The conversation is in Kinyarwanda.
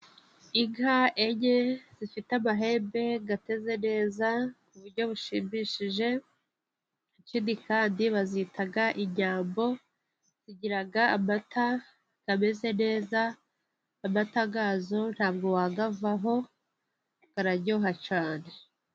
Inka enye zifite amahembe ateze neza ku buryo bushimishije. Ikindi kandi bazita inyambo. Zigira amata ameze neza, amata yazo nta bwo wayavaho, araryoha cyane.